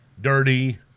dirty